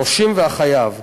הנושים והחייב.